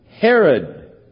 Herod